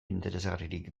interesgarririk